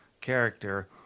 character